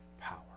power